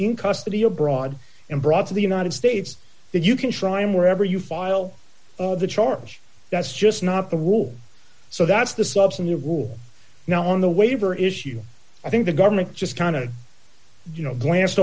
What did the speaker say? in custody abroad and brought to the united states that you can try him wherever you file the charge that's just not the rule so that's the subs and you rule now on the waiver issue i think the government just kind of you know glance